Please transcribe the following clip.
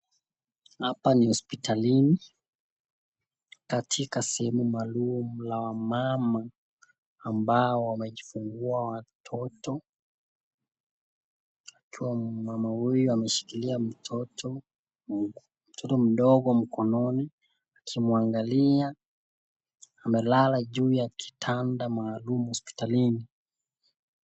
Hapa ni hospitalini katika sehemu maalum la wamama ambao wamejifungua watoto ikiwa mama huyu ameshikilia mtoto mdogo mkononi akimwangalia. Amelala juu ya kitanda maalum hospitalini.